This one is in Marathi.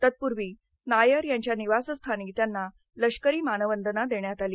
तत्पूर्वी नायर यांच्या निवासस्थानी त्यांना लष्करी मानवंदना देण्यात आली